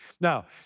Now